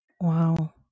Wow